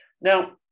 Now